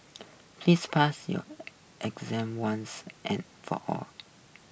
please pass your exam once and for all